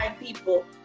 people